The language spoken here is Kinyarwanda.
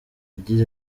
yagize